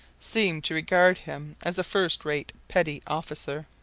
seemed to regard him as a first-rate petty officer.